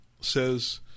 says